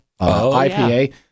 IPA